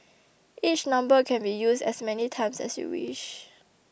each number can be used as many times as you wish